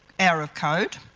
hour of code.